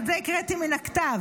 ואת זה הקראתי מן הכתב.